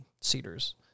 cedars